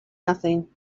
nothing